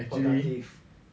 actually